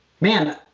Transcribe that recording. man